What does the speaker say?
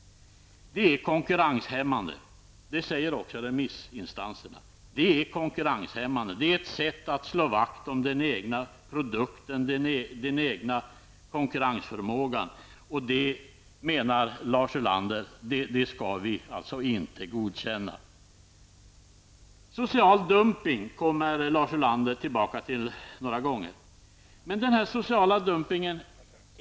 Detta är konkurrenshämmande, och det säger också remissinstanserna. Det är ett sätt att slå vakt om den egna produkten och den egna konkurrensförmågan. Detta menar Lars Ulander att vi inte skall godkänna. Lars Ulander kom några gånger tillbaka till frågan om social dumpning.